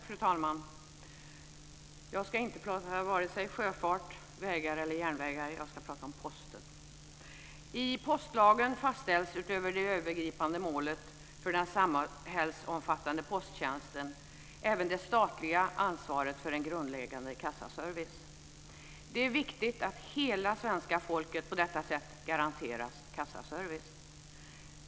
Fru talman! Jag ska inte prata vare sig sjöfart, vägar eller järnvägar: Jag ska prata om Posten. I postlagen fastställs utöver det övergripande målet för den samhällsomfattande posttjänsten även det statliga ansvaret för en grundläggande kassaservice. Det är viktigt att hela svenska folket på detta sätt garanteras kassaservice.